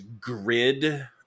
grid